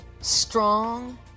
STRONG